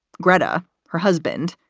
gretta. her husband,